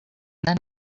then